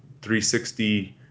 360